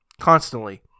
constantly